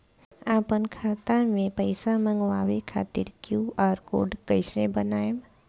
आपन खाता मे पैसा मँगबावे खातिर क्यू.आर कोड कैसे बनाएम?